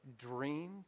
dreamed